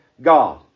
God